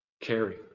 Carry